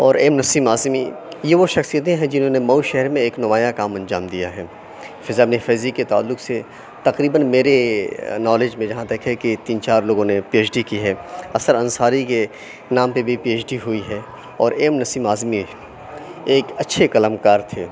اور ایم نسیم اعظمی یہ وہ شخصیتیں ہیں جنہوں نے مئو شہر میں ایک نمایاں کام انجام دیا ہے فضا اِبن فیضی کے تعلق سے تقریباً میرے نالج میں جہاں تک ہے کہ تین چار لوگوں نے پی ایچ ڈی کی ہے اثر انصاری کے نام پہ بھی پی ایچ ڈی ہوئی ہے اور ایم نسیم اعظمی ایک اچھے قلم کار تھے